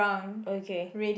okay